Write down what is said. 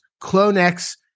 clonex